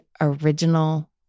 original